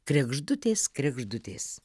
kregždutės kregždutės